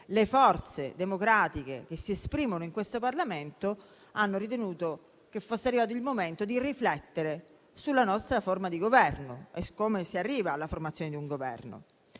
le forze democratiche che si esprimono in questo Parlamento hanno ritenuto che fosse arrivato il momento di riflettere sulla nostra forma di governo e come si arriva alla sua formazione. Non